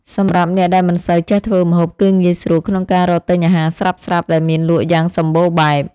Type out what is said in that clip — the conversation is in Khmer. សម្រាប់អ្នកដែលមិនសូវចេះធ្វើម្ហូបគឺងាយស្រួលក្នុងការរកទិញអាហារស្រាប់ៗដែលមានលក់យ៉ាងសម្បូរបែប។